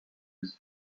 his